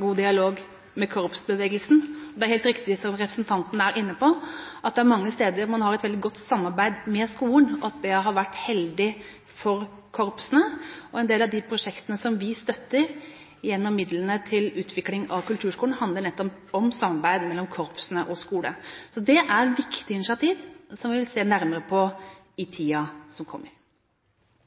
god dialog med korpsbevegelsen. Det er helt riktig som representanten er inne på, at det er mange steder man har et veldig godt samarbeid med skolen, og at det har vært heldig for korpsene. En del av de prosjektene vi støtter gjennom midlene til utvikling av kulturskolen, handler nettopp om samarbeidet mellom korpsene og skolen. Det er viktige initiativ som vi vil se nærmere på i tiden som kommer.